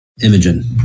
Imogen